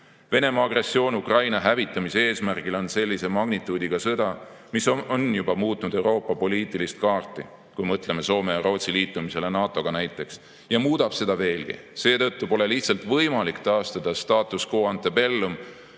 Venemaa agressioon Ukraina hävitamise eesmärgil on sellise magnituudiga sõda, mis on juba muutnud Euroopa poliitilist kaarti, kui mõtleme näiteks Soome ja Rootsi liitumisele NATO‑ga, ja muudab seda veelgi. Seetõttu pole lihtsalt võimalik taastadastatus quo ante bellum,